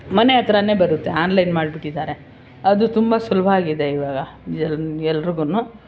ಮನೆ ಹತ್ತಿರನೇ ಬರುತ್ತೆ ಆನ್ಲೈನ್ ಮಾಡಿಬಿಟ್ಟಿದ್ದಾರೆ ಅದು ತುಂಬ ಸುಲಭ ಆಗಿದೆ ಈವಾಗ ಎಲ್ರಿಗೂ